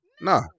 nah